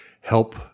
help